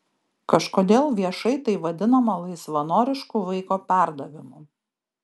kažkodėl viešai tai vadinama laisvanorišku vaiko perdavimu